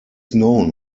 known